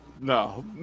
No